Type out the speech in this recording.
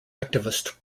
activist